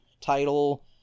title